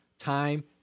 Time